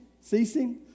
ceasing